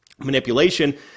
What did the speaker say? manipulation